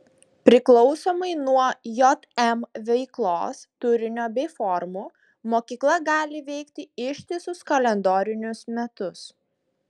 priklausomai nuo jm veiklos turinio bei formų mokykla gali veikti ištisus kalendorinius metus